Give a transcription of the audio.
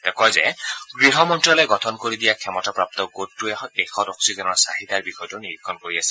তেওঁ কয় যে গৃহ মন্তালয়ে গঠন কৰি দিয়া ক্ষমতাপ্ৰাপু গোটটোৱে দেশত অক্সিজেনৰ চাহিদাৰ বিষয়টো নিৰীক্ষণ কৰি আছে